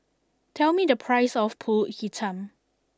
tell me the price of Pulut Hitam